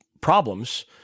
problems